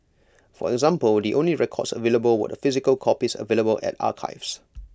for example the only records available were the physical copies available at archives